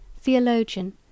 theologian